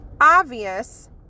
obvious